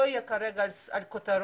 אבל מי שלא מכבד את החוק ואת הסביבה,